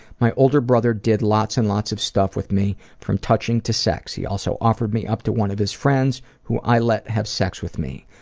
my older brother did lots and lots of stuff with me, from touching to sex. he also offered me up to one of his friends, who i let have sex with me.